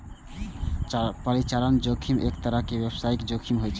परिचालन जोखिम एक तरहक व्यावसायिक जोखिम होइ छै